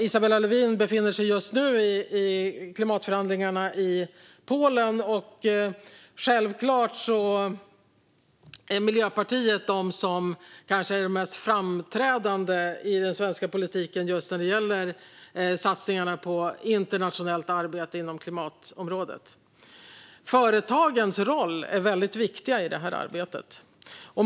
Isabella Lövin befinner sig just nu i klimatförhandlingar i Polen, och självklart är Miljöpartiet kanske det mest framträdande i den svenska politiken just när det gäller satsningarna på internationellt arbete inom klimatområdet. Företagens roll är väldigt viktig i det här arbetet.